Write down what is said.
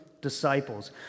Disciples